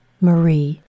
Marie